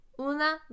Una